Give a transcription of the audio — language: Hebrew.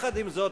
עם זאת,